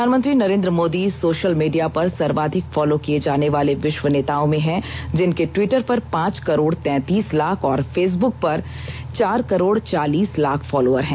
प्रधानमंत्री Narendra Modi social media पर सर्वाधिक फॉलो किए जाने वाले विश्व नेताओं में हैं जिनके ट्विटर पर पांच करोड तैंतीस लाख और फेसबुक पर चार करोड़ चालीस लाख फॉलोवर हैं